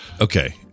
okay